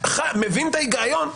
מבין את ההיגיון.